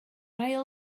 ail